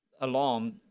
alarm